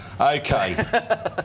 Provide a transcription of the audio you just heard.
Okay